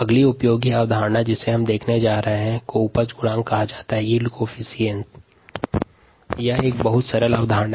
अगली अवधारणा उपज गुणांक पर आधारित है